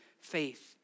faith